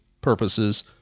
purposes